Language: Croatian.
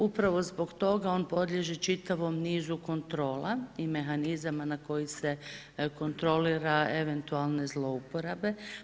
Upravo zbog toga on podliježe čitavom nizu kontrola i mehanizama na koji se kontrolira eventualne zlouporabe.